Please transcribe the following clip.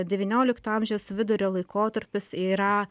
devyniolikto amžiaus vidurio laikotarpis yra